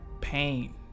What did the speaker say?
pain